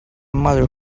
mother